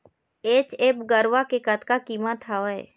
HF गरवा के कतका कीमत हवए?